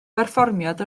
berfformiad